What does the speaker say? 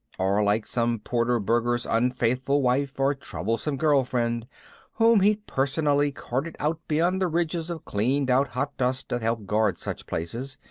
or like some porter burgher's unfaithful wife or troublesome girlfriend whom he'd personally carted out beyond the ridges of cleaned-out hot dust that help guard such places,